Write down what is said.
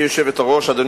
רצוני